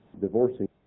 divorcing